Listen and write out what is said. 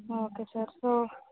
okay sir so